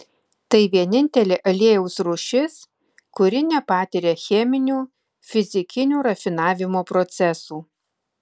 tai vienintelė aliejaus rūšis kuri nepatiria cheminių fizikinių rafinavimo procesų